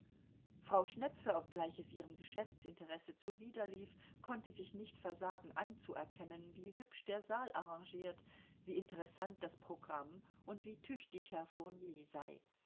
frau schnepfe obgleich es ihrem geschäftsinteresse zuwiderlief konnte sich nicht versagen anzuerkennen wie hübsch der saal arrangiert wie interessant das programm und wie tüchtig herr fournier sei